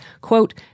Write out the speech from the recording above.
quote